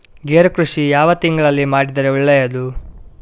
ಗೇರು ಕೃಷಿ ಯಾವ ತಿಂಗಳಲ್ಲಿ ಮಾಡಿದರೆ ಒಳ್ಳೆಯದು?